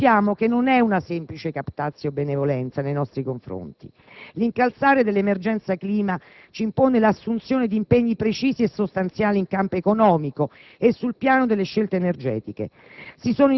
Sappiamo che non è una semplice *captatio benevolentiae* nei nostri confronti: l'incalzare dell'emergenza clima ci impone l'assunzione di impegni precisi e sostanziali in campo economico e sul piano delle scelte energetiche.